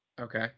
okay